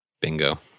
bingo